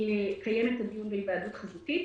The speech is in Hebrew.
על קיום הדיון בהיוועדות חזותית.